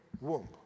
womb